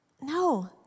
No